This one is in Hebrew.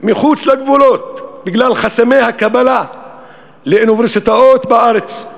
מחוץ לגבולות בגלל חסמי הקבלה לאוניברסיטאות בארץ.